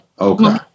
okay